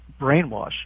brainwash